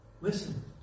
listen